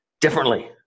differently